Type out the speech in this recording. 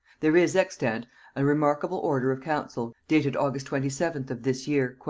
there is extant a remarkable order of council, dated august twenty seventh of this year,